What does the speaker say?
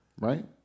right